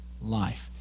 life